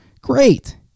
Great